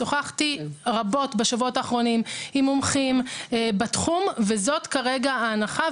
שוחחתי רבות בשבועות האחרונים עם מומחים בתחום וזאת כרגע ההנחה,